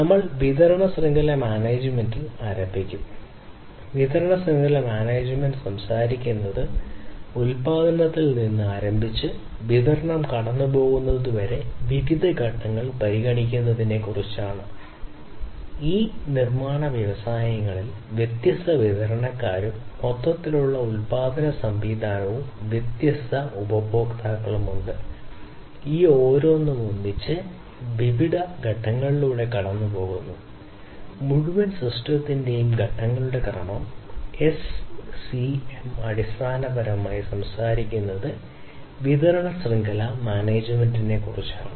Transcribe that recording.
നമ്മൾ വിതരണ ശൃംഖല മാനേജ്മെന്റിൽ അടിസ്ഥാനപരമായി സംസാരിക്കുന്നത് വിതരണ ശൃംഖല മാനേജ്മെന്റിനെക്കുറിച്ചാണ്